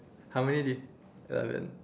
how many do you eleven